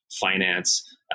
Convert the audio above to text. finance